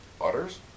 Otters